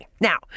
Now